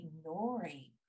ignoring